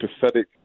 pathetic